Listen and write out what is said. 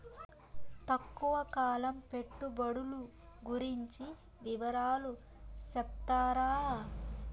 తక్కువ కాలం పెట్టుబడులు గురించి వివరాలు సెప్తారా?